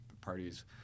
parties